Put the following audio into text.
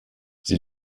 sie